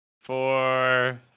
four